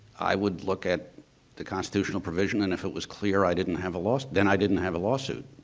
i wouldn't look at the constitutional provision and if it was clear, i didn't have a law so then i didn't have a law suit.